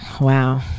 wow